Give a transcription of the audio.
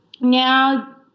Now